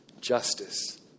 justice